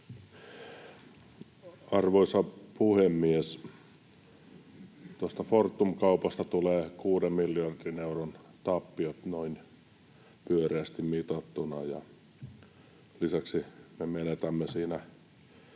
Arvoisa puhemies! Tuosta Fortum-kaupasta tulee kuuden miljardin euron tappiot, noin pyöreästi mitattuna, ja lisäksi me menetämme siinä